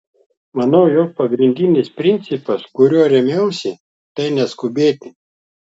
manau jog pagrindinis principas kuriuo rėmiausi tai neskubėti